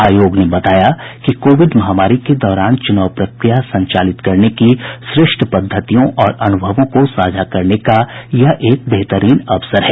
आयोग ने बताया कि कोविड महामारी के दौरान चुनाव प्रक्रिया संचालित करने की श्रेष्ठ पद्धतियों और अनुभवों को साझा करने का यह एक बेहतरीन अवसर है